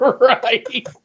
Right